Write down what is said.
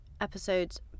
episode's